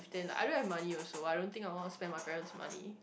then like I don't have money also I don't think I want to spend my parent's money